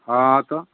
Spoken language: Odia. ହଁ ତ